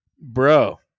Bro